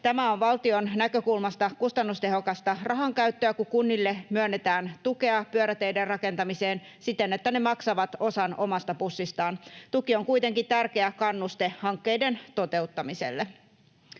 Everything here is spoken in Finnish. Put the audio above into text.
Tämä on valtion näkökulmasta kustannustehokasta rahankäyttöä, kun kunnille myönnetään tukea pyöräteiden rakentamiseen siten, että ne maksavat osan omasta pussistaan. Tuki on kuitenkin tärkeä kannuste hankkeiden toteuttamiselle.